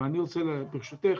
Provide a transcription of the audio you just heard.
ברשותך,